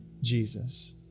Jesus